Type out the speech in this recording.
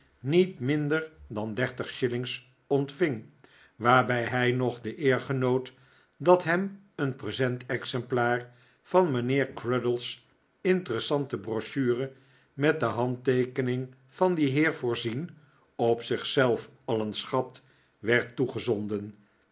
niet minder dan dertig shillings ontving waarbij hij nog de eer genoot dat hem een presentexemplaar van mijnheer curdle's interessante brochure met de handteekening van dien heer voorzien op zich zelf al een schat werd toegezonden